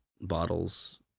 bottles